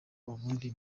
ubundi